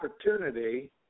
opportunity